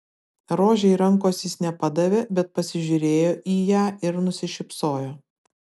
rožei rankos jis nepadavė bet pasižiūrėjo į ją ir nusišypsojo